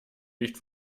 nicht